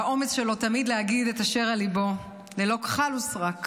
האומץ שלו היה תמיד להגיד את אשר על ליבו ללא כחל וסרק,